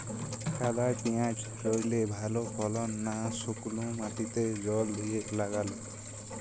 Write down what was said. কাদায় পেঁয়াজ রুইলে ভালো ফলন না শুক্নো মাটিতে জল দিয়ে লাগালে?